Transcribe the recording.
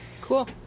Cool